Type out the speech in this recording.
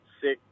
six